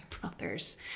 brothers